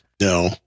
No